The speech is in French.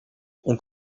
ont